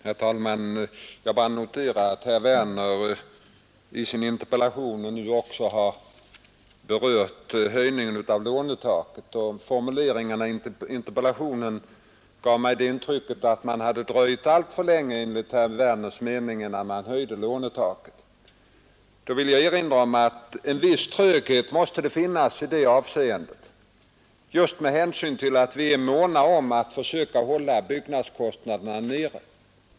Herr talman! Jag bara noterar att herr Werner nu också har berört höjningen av lånetaket. Formuleringarna i interpellationen gav mig intrycket att han menar att vi dröjt alltför länge innan vi höjde lånetaket. Jag vill erinra om att en viss tröghet måste finnas i det avseendet, just med hänsyn till att vi är måna om att försöka hålla byggnadskostnaderna nere.